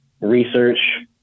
research